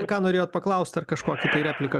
ką norėjot paklaust ar kažkokia tai replika